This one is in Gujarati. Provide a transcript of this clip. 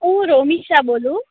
હું રોમીશા બોલું